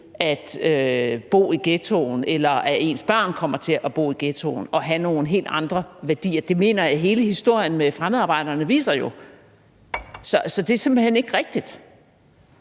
at bo i ghettoen, eller at ens barn kommer til at bo i ghettoen med nogle helt andre værdier. Det mener jeg hele historien med fremmedarbejderne jo viser. Så det er simpelt hen ikke rigtigt.